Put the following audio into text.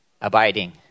Abiding